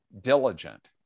diligent